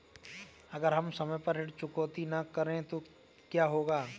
अगर हम समय पर ऋण चुकौती न करें तो क्या होगा?